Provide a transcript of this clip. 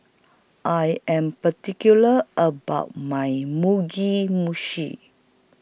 I Am particular about My Mugi Meshi